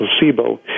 placebo